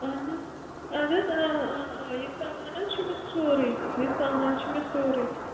اہن حظ اَدٕ حظ یہِ سامان حظ چھُ مےٚ سورُے یہِ سامان چھُ مےٚ سورُے